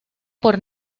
por